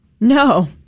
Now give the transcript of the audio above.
No